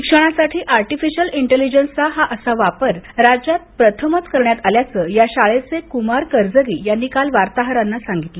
शिक्षणासाठी artificial intelligence चा हा असा वापर राज्यात प्रथमच करण्यात आल्याचं या शाळेचे कुमार करजगी यांनी काल वार्ताहरांना सांगितलं